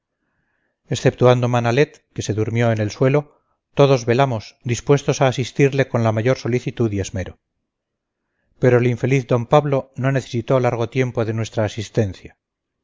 exceptuando manalet que se durmió en el suelo todos velamos dispuestos a asistirle con la mayor solicitud y esmero pero el infeliz d pablo no necesitó largo tiempo de nuestra asistencia